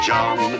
John